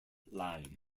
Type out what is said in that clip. line